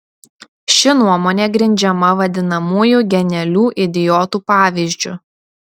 ši nuomonė grindžiama vadinamųjų genialių idiotų pavyzdžiu